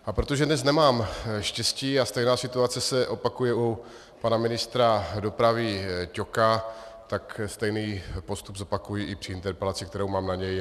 A protože dnes nemám štěstí a stejná situace se opakuje i u pana ministra dopravy Ťoka, tak stejný postup zopakuji i při interpelaci, kterou mám na něj.